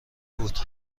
بود